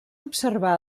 observar